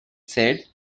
said